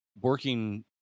working